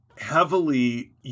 heavily